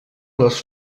les